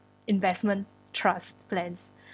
investment trust plans